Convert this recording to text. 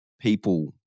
people